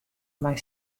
mei